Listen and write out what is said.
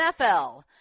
NFL